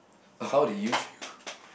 how did you feel